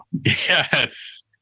Yes